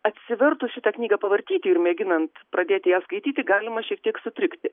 atsivertus šitą knygą pavartyti ir mėginant pradėti ją skaityti galima šiek tiek sutrikti